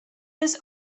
this